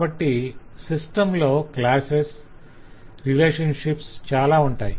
కాబట్టి సిస్టం లో classes relationships బహుళంగా ఉంటాయి